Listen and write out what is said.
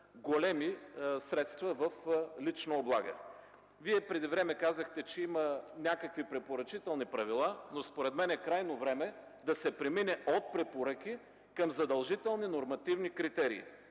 големи средства в лично облагане. Преди време казахте, че има някакви препоръчителни правила, но според мен е крайно време да се премине от препоръки към задължителни нормативни критерии.